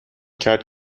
کرد